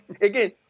again